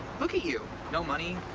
look at you. no money.